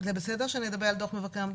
זה בסדר שנדבר על דוח מבקר המדינה?